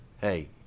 Hey